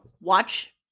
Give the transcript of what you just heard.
watch